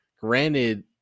Granted